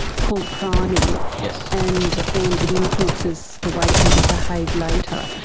it's called priming, and then it influences the way people behave later.